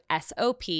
SOP